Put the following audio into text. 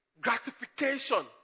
gratification